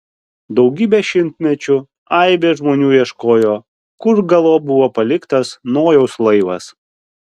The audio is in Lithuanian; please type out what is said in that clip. daugybę šimtmečių aibės žmonių ieškojo kur galop buvo paliktas nojaus laivas